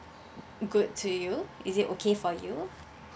good to you is it okay for you